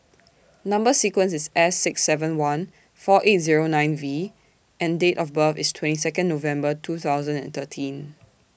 Number sequence IS S six seven one four eight Zero nine V and Date of birth IS twenty Second November two thousand and thirteen